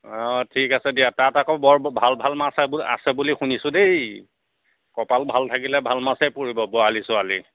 অঁ ঠিক আছে দিয়া তাত আকৌ বৰ ভাল ভাল মাছ আছে বুলি শুনিছোঁ দেই কপাল ভাল থাকিলে ভাল মাছেই পৰিব বৰালি চৰালি